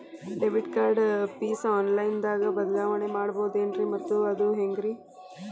Debit card pin online ದಾಗ ಬದಲಾವಣೆ ಮಾಡಬಹುದೇನ್ರಿ ಮತ್ತು ಅದು ಹೆಂಗ್ರಿ?